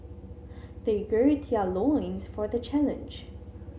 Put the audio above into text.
they gird their loins for the challenge